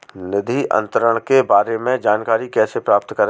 निधि अंतरण के बारे में जानकारी कैसे प्राप्त करें?